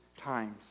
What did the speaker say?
times